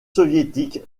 soviétique